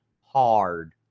hard